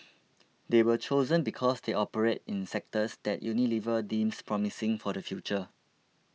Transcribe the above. they were chosen because they operate in sectors that Unilever deems promising for the future